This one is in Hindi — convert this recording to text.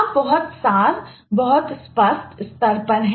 आप बहुत सार बहुत अस्पष्ट स्तर पर हैं